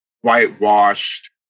whitewashed